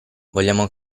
vogliamo